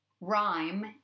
rhyme